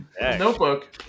Notebook